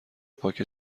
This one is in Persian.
پاکه